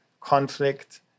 conflict